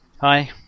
Hi